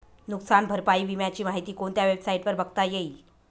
नुकसान भरपाई विम्याची माहिती कोणत्या वेबसाईटवर बघता येईल?